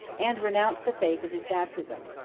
and renounced the faith of his baptism.